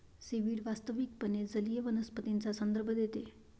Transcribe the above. seaweed वास्तविकपणे जलीय वनस्पतींचा संदर्भ देते